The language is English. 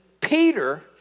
Peter